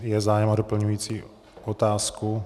Je zájem o doplňující otázku?